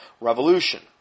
Revolution